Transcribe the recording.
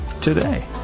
today